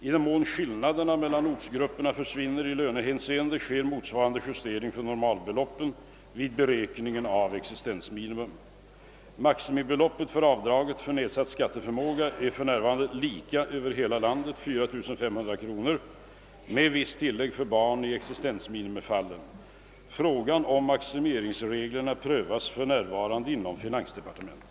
I den mån skillnaderna mellan ortsgrupperna försvinner i lönehänseende sker motsvarande justering för normalbeloppen vid beräkning av existensminimum. Maximibeloppet för avdraget för nedsatt skatteförmåga är nu lika över hela landet, 4500 kronor, med visst tillägg för barn i existensminimifallen. Frågan om maximeringsreglerna prövas för närvaråände inom finansdepartementet.